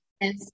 Yes